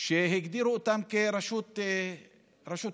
שהגדירו אותם כרשות הטבע,